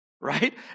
right